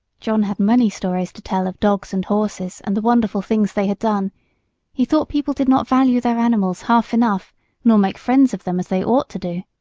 john had many stories to tell of dogs and horses, and the wonderful things they had done he thought people did not value their animals half enough nor make friends of them as they ought to do.